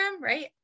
right